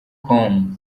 com